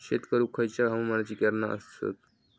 शेत करुक खयच्या हवामानाची कारणा आसत?